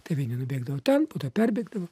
tai vieni nubėgdavo ten po to perbėgdavo